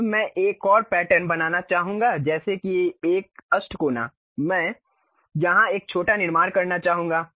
अब मैं एक और पैटर्न बनाना चाहूंगा जैसे कि एक अष्टकोना मैं यहां एक छोटा निर्माण करना चाहूंगा